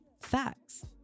Facts